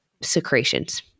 secretions